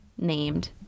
named